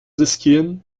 riskieren